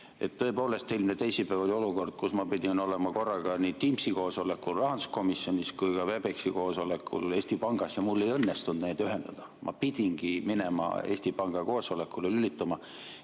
Tõepoolest, eelmine teisipäev oli olukord, kus ma pidin olema korraga nii Teamsi koosolekul rahanduskomisjonis kui ka Webexi koosolekul Eesti Pangas ja mul ei õnnestunud neid ühendada, ma pidingi Eesti Panga koosolekule lülituma.